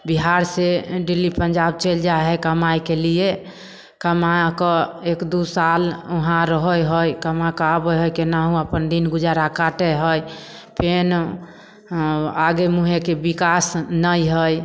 बिहारसँ दिल्ली पंजाब चलि जाइ हइ कमाइके लिए कमाकऽ एक दू साल वहाँ रहय हइ कमाकऽ अबय हइ केनाहु अपन दिन गुजारा काटय हइ फेन आगे मूँहेँके विकास नहि हइ